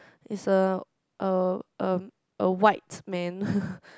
is a a um a white man